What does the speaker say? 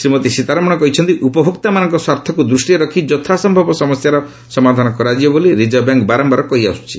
ଶ୍ରୀମତୀ ସୀତାରମଣ କହିଛନ୍ତି ଉପଭୋକ୍ତାମାନଙ୍କ ସ୍ୱାର୍ଥକୁ ଦୃଷ୍ଟିରେ ରଖି ଯଥାସମ୍ଭବ ସମସ୍ୟାର ସମାଧାନ କରାଯିବ ବୋଲି ରିଜର୍ଭ ବ୍ୟାଙ୍କ୍ ବାରମ୍ଭାର କହିଆସୁଛି